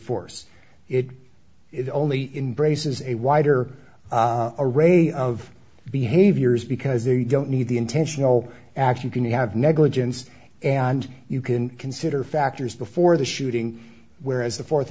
force it is only in braces a wider array of behaviors because they don't need the intentional action can you have negligence and you can consider factors before the shooting whereas the fourth